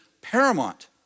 paramount